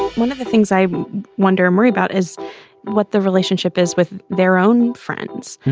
one of the things i wonder and worry about is what the relationship is with their own friends.